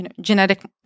genetic